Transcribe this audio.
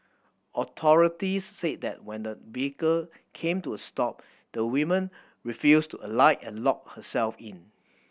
authorities said that when the vehicle came to a stop the woman refused to alight and locked herself in